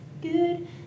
good